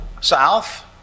south